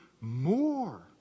more